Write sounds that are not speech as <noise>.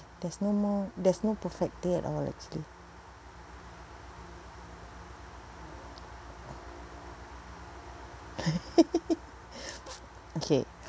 there's no more there's no perfect day at all actually <laughs> <breath> okay